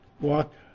Walk